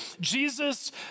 Jesus